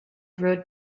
wrote